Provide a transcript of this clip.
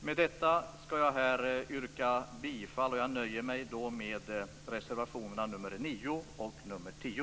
Med detta nöjer jag mig med att yrka bifall till reservationerna nr 9 och 10.